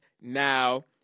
now